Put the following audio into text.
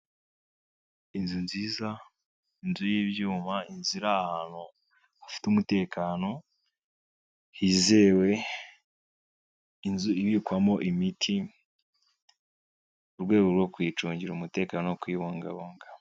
Inzu nziza, inzu y'ibyuma, inzu iri ahantu hafite umutekano, hizewe, inzu ibikwamo imiti, mu rwego rwo kuyicungira umutekano no kuyibungabunga.